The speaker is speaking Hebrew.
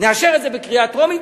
נאשר את זה בקריאה טרומית,